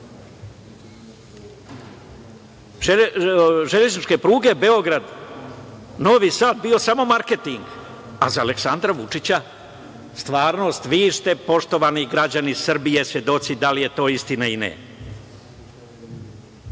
železničke pruge Beograd-Novi Sad bio samo marketing, a za Aleksandra Vučića stvarnost. Vi ste, poštovani građani Srbije, svedoci da li je to istina ili